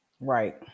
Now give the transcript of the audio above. Right